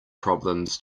problems